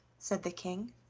said the king.